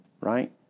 right